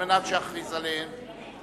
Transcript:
חבר הכנסת הורוביץ, אתה